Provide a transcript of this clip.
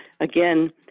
Again